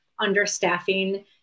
understaffing